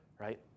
right